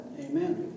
Amen